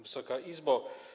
Wysoka Izbo!